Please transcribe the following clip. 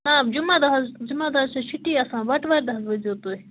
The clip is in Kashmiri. آ جمعہ دۄہ حظ جمعہ دۄہ حظ چھِ چھُٹی آسان بَٹہٕ وَار دۄہ حظ ؤسۍزیو تُہۍ